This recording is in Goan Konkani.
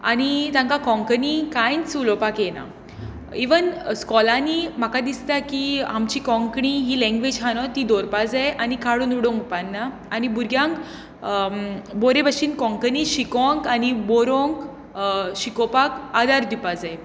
आनी तांकां कोंकणी कांयच उलोवपाक येना इवन स्कूलांनी म्हाका दिसता की आमची कोंकणी ही लँग्वेज आसा न्हय ती दवरपाक जाय आनी काडून उडोवंक उपकारना आनी भुरग्यांक बरो भाशेन कोंकणी शिकोवंक आनी बरोवंक शिकोवपाक आदार दिवपाक जाय